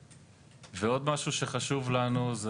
עוד משהו שחשוב לנו הוא,